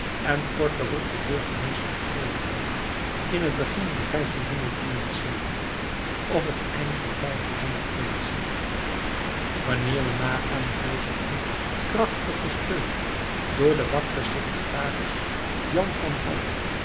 en kort daarop tot burgemeester gekozen werd in het begin van of het einde van wanneer we nagaan hoe deze man krachtig gesteund door den wakkeren secretaris jan van hout